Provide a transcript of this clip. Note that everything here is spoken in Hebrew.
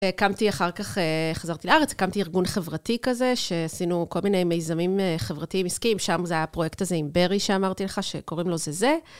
הקמתי אחר כך, חזרתי לארץ, הקמתי ארגון חברתי כזה, שעשינו כל מיני מיזמים חברתיים עסקים, שם זה היה הפרויקט הזה עם ברי שאמרתי לך, שקוראים לו זה זה.